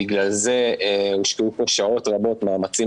ובגלל זה הושקעו פה שעות רבות ומאמצים